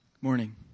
morning